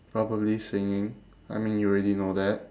probably singing I mean you already know that